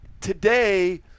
today